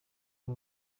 n’u